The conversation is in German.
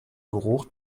geruch